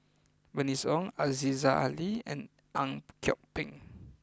Bernice Ong Aziza Ali and Ang Kok Peng